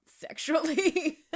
sexually